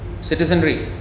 citizenry